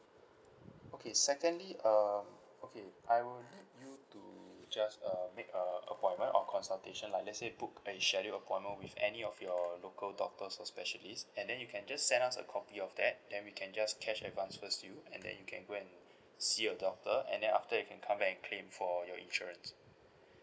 okay secondly um okay I will need you to just um make a appointment or consultation like let's say book and schedule appointment with any of your local doctors or specialist and then you can just send us a copy of that then we can just cash advance first to you and then you can go and see a doctor and then after that you can come back and claim for your insurance